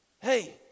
Hey